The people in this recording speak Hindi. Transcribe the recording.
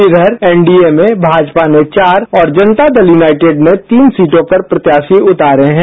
इधर एनडीए में भाजपा चार और जनता दल यूनाइटेड तीन सीटों पर प्रत्याशी उतारे हैं